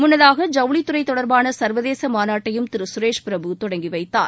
முன்னதாக ஜவுளித்துறை தொடர்பாள சர்வதேச மாநாட்டையும் திரு சுரேஷ் பிரபு தொடங்கிவைத்தார்